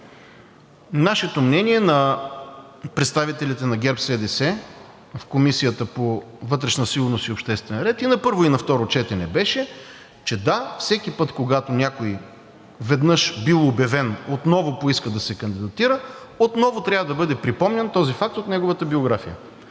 Нашето мнение – на представителите на ГЕРБ-СДС в Комисията по вътрешна сигурност и обществен ред – и на първо, и на второ четене беше, че да, всеки път, когато някой, веднъж бил обявен, отново поиска да се кандидатира, отново трябва да бъде припомнян този факт от неговата биография.